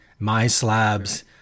MySlabs